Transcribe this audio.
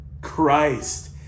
Christ